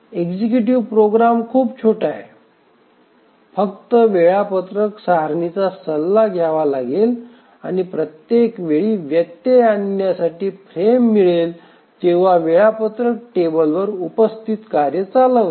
executive program खूप छोटा आहे फक्त वेळापत्रक सारणीचा सल्ला घ्यावा लागेल आणि प्रत्येक वेळी व्यत्यय आणण्यासाठी फ्रेम मिळेल तेव्हा वेळापत्रक टेबलवर उपस्थित कार्य चालवते